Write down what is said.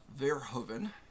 Verhoeven